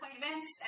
appointments